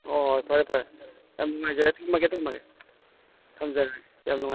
ꯍꯣꯏ ꯍꯣꯏ ꯐꯔꯦ ꯐꯔꯦ ꯌꯥꯝ ꯅꯨꯡꯉꯥꯏꯖꯔꯦ ꯊꯝꯃꯒꯦ ꯊꯝꯃꯒꯦ ꯊꯝꯖꯔꯒꯦ ꯌꯥꯝ ꯅꯨꯡꯉꯥꯏ